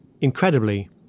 Incredibly